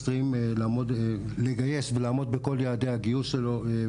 אני עכשיו רץ כמו כל חברי הכנסת בין הוועדות,